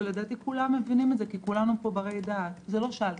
ולדעתי כולם מבינים את זה כי כולנו פה ברי דעת זה לא שאלטר.